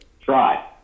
Try